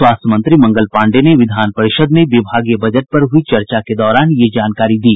स्वास्थ्य मंत्री मंगल पाण्डेय ने विधान परिषद में विभागीय बजट पर हुयी चर्चा के दौरान ये जानकारी दी